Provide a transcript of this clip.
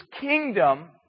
kingdom